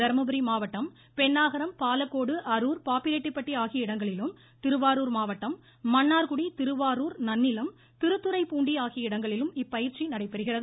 தர்மபுரி மாவட்டம் பெண்ணாகரம் பாலக்கோடு அருர் பாப்பிரெட்டிபட்டி ஆகிய இடங்களிலும் திருவாரூர் மாவட்டம் மன்னார்குடி திருவாரூர் நன்னிலம் திருத்துறைப்பூண்டி ஆகிய இடங்களிலும் இப்பயிற்சி நடைபெறுகிறது